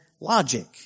logic